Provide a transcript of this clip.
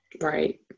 Right